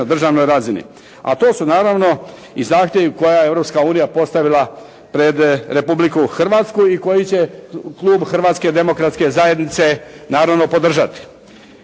državnoj razini. A to su naravno i zahtjevi koje je Europska unija postavila pred Republiku Hrvatsku i koji će klub Hrvatske demokratske zajednice naravno podržati.